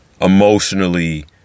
emotionally